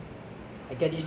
orh pirated ah